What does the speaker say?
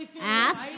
Ask